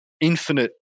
infinite